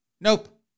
Nope